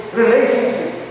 relationship